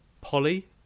Polly